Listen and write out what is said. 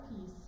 peace